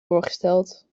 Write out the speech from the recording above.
voorgesteld